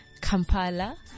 Kampala